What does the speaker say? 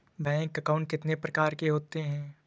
Bank account कितने प्रकार के होते हैं?